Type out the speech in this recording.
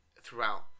throughout